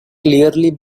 clearly